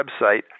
website